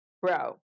Bro